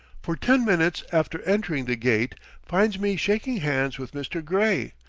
for ten minutes after entering the gate finds me shaking hands with mr. gray,